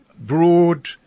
broad